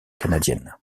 canadienne